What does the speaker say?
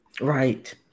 Right